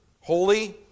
Holy